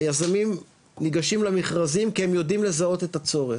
היזמים ניגשים למכרזים כי הם יודעים לזהות את הצורך,